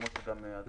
כמו שגם אדוני ציין.